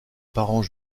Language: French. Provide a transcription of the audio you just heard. parents